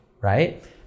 right